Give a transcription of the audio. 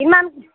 কিমান